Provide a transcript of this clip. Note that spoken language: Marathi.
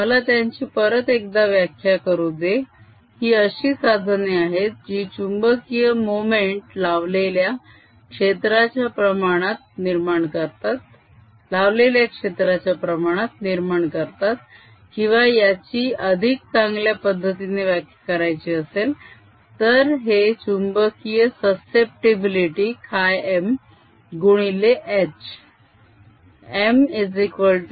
मला यांची परत एकदा व्याख्या करू दे ही अशी साधने आहेत जी चुंबकीय मोमेंट लावलेल्या क्षेत्राच्या प्रमाणात निर्माण करतात किंवा याची अधिक चांगल्या पद्धतीने व्याख्या करायची असेल तर हे चुंबकीय सस्सेप्टीबिलीटी χm गुणिले H